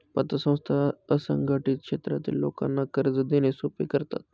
पतसंस्था असंघटित क्षेत्रातील लोकांना कर्ज देणे सोपे करतात